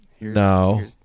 No